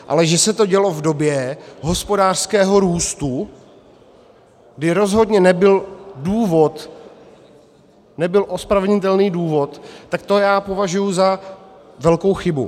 Ale že se to dělo v době hospodářského růstu, kdy rozhodně nebyl důvod, nebyl ospravedlnitelný důvod, to já považuji za velkou chybu.